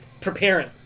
preparing